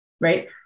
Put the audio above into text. Right